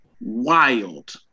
wild